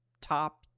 top